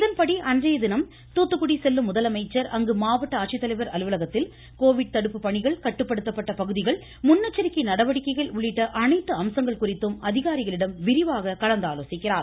இதன்படி அன்றையதினம் தூத்துக்குடி செல்லும் முதலமைச்சர் அங்கு மாவட்ட தடுப்பு பணிகள் கட்டுப்படுத்தப்பட்ட பகுதிகள் முன்னெச்சரிக்கை நடவடிக்கைகள் உள்ளிட்ட அனைத்து அம்சங்கள் குறித்தும் அதிகாரிகளிடம் விரிவாக கலந்தாலோசிக்கிறார்